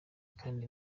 kandi